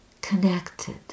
connected